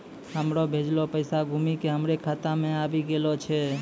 हमरो भेजलो पैसा घुमि के हमरे खाता मे आबि गेलो छै